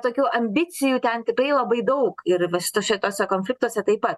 tokių ambicijų ten tikrai labai daug ir va šituose konfliktuose taip pat